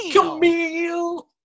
Camille